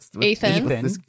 Ethan